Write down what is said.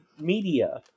media